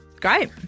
great